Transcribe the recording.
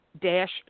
dash